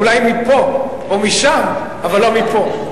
אולי מפה או משם, אבל לא מפה.